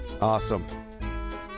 awesome